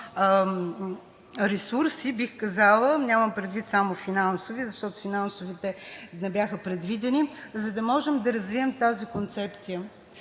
ресурси, бих казала, нямам предвид само финансови, защото финансовите не бяха предвидени, за да можем да развием тази концепция.